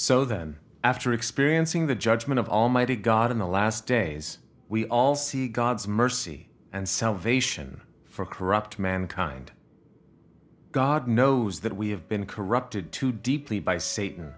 so then after experiencing the judgment of almighty god in the last days we all see god's mercy and salvation for corrupt mankind god knows that we have been corrupted too deeply by satan